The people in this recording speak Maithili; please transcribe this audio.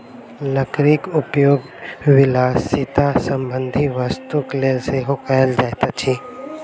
लकड़ीक उपयोग विलासिता संबंधी वस्तुक लेल सेहो कयल जाइत अछि